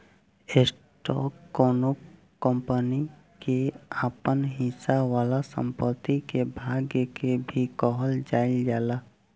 stock कौनो company के आपन हिस्सा वाला संपत्ति के भाग के भी कहल जाइल जाला